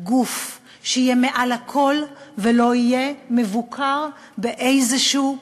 גוף שיהיה מעל הכול ולא יבוקר באופן כלשהו.